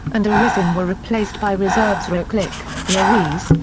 and arizin were replaced by reserves ruklick, larese,